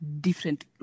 different